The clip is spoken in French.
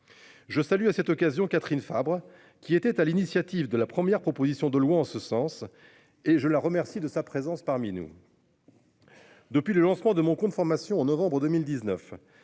Je salue à cette occasion, Catherine Fabre qui était à l'initiative de la première proposition de loi en ce sens et je la remercie de sa présence parmi nous.-- Depuis le lancement de mon compte formation en novembre 2019,